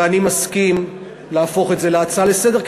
ואני מסכים להפוך את זה להצעה לסדר-היום